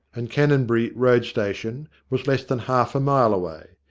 and canonbury road station was less than half a mile away.